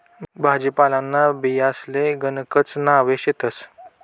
भाजीपालांना बियांसले गणकच नावे शेतस